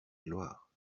gloire